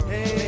Hey